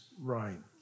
reign